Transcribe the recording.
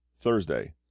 Thursday